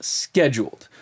scheduled